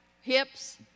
hips